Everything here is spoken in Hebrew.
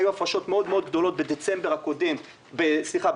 היו הפרשות מאוד-מאוד גדולות בדצמבר הקודם לקרן